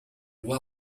loi